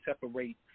separate